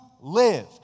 live